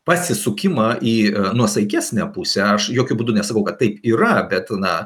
pasisukimą į nuosaikesnę pusę aš jokiu būdu nesakau kad taip yra bet na